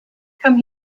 come